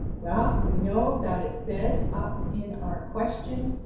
well we know that it said up in our question,